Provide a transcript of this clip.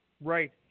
right